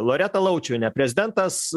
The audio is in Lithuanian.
loreta laučiuviene prezidentas